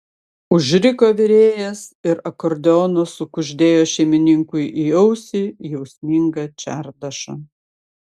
užriko virėjas ir akordeonas sukuždėjo šeimininkui į ausį jausmingą čardašą